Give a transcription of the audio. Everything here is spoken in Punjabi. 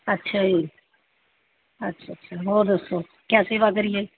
ਅੱਛਾ ਜੀ ਅੱਛਾ ਅੱਛਾ ਹੋਰ ਦੱਸੋ ਕਿਆ ਸੇਵਾ ਕਰੀਏ